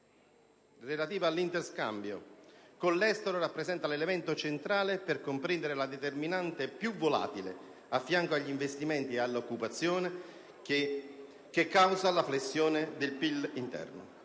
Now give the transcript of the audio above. relativa all'interscambio con l'estero rappresenta l'elemento centrale per comprendere la determinante più volatile, affianco agli investimenti ed all'occupazione, che causa la flessione del PIL.